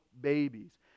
babies